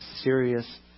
serious